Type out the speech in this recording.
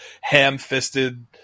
ham-fisted